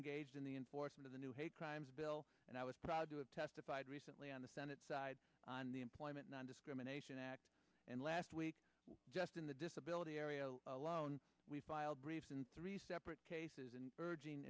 engaged in the enforcement of the new hate crimes bill and i was proud to have testified recently on the senate side on the employment nondiscrimination act and last week just in the disability area alone we filed briefs in three separate cases and urging